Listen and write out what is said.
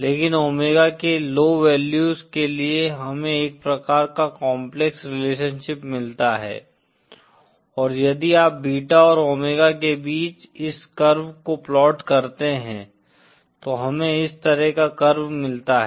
लेकिन ओमेगा के low values के लिए हमें एक प्रकार का काम्प्लेक्स रिलेशनशिप मिलता है और यदि आप बीटा और ओमेगा के बीच इस कर्व को प्लाट करते हैं तो हमें इस तरह का कर्व मिलता है